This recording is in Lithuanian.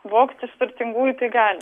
vogti iš turtingųjų tai gali